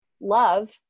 love